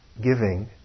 giving